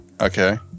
Okay